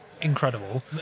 incredible